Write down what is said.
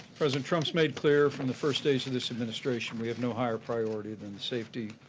president trump's made clear from the first days of this administration we have no higher priority than the safety,